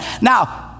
Now